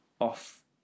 off